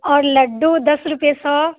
आओर लड्डू दस रुपए सए